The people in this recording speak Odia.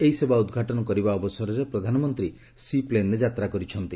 ଏହି ସେବା ଉଦଘାଟନ କରିବା ଅବସରରେ ପ୍ରଧାନମନ୍ତ୍ରୀ ସି ପ୍ଲେନରେ ଯାତ୍ରା କରିଛନ୍ତି